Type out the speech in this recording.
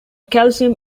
calcium